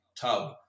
tub